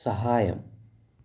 സഹായം